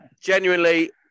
genuinely